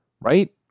right